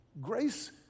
Grace